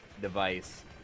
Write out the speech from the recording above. device